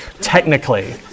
technically